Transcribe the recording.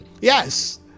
Yes